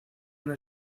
una